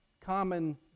common